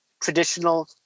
traditional